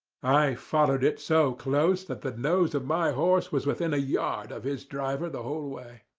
i followed it so close that the nose of my horse was within a yard of his driver the whole way.